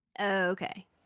okay